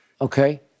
okay